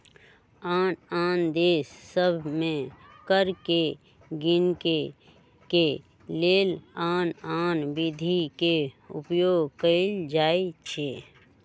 आन आन देश सभ में कर के गीनेके के लेल आन आन विधि के उपयोग कएल जाइ छइ